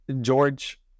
George